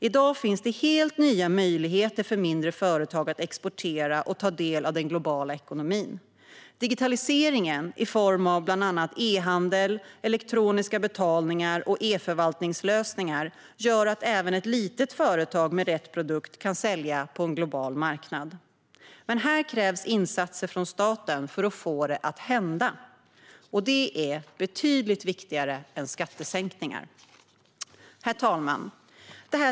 I dag finns det helt nya möjligheter för mindre företag att exportera och ta del av den globala ekonomin. Digitaliseringen i form av bland annat e-handel, elektroniska betalningar och e-förvaltningslösningar gör att även ett litet företag med rätt produkt kan sälja på en global marknad. Men här krävs insatser från staten för att få det att hända. Och det är betydligt viktigare än skattesänkningar. Herr talman!